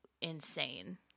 insane